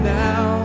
now